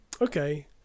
Okay